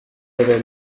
avait